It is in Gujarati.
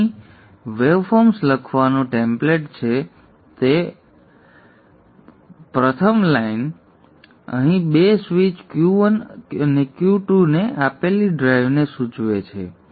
હવે મારી પાસે અહીં વેવફોર્મ્સ લખવાનું ટેમ્પલેટ છે તે વેવફોર્મ્સ લખવાનું ટેમ્પલેટ છે હવે આ પ્રથમ લાઇન અહીં 2 સ્વીચ Q1 અને Q2 ને આપેલી ડ્રાઇવ ને સૂચવે છે